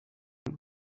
time